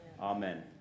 Amen